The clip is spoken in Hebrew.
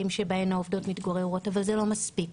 שבהן העובדות מתגוררות אבל זה לא מספיק.